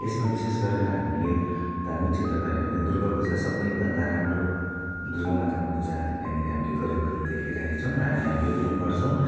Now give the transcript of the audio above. यसमा विशेष गरेर हामीले धार्मिक क्षेत्रमा हेऱ्यो भने दुर्गापूजा सबैभन्दा राम्रो दुर्गा माताको पूजाहरू यहाँनिर हामीले गरेको देखिरहेको छौँ हामी आफै पनि गर्छौँ